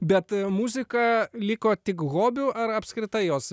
bet muzika liko tik hobiu ar apskritai jos